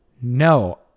No